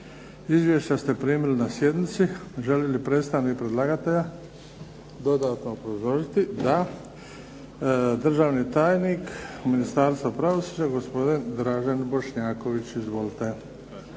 Izvješća ste primili na sjednici. Želi li predstavnik predlagatelja dodatno obrazložiti? Da. Državni tajnik u Ministarstvu pravosuđa, gospodin Dražen Bošnjaković. Izvolite.